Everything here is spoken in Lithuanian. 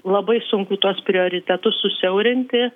labai sunku tuos prioritetus susiaurinti